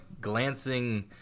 glancing